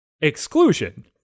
exclusion